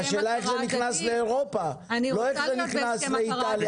השאלה איך זה נכנס לאירופה ולא איך זה נכנס לאיטליה מצרפת.